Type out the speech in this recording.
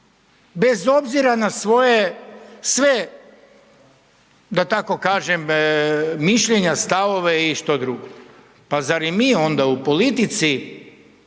bez obzira na svoje sve, da tako kažem, mišljenja, stavove i što drugo. Pa zar i mi onda u politici